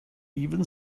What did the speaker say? even